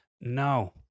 No